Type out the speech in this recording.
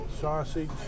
sausage